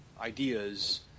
ideas